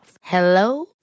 Hello